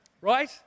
Right